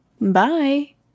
Bye